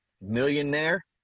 Millionaire